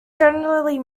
generally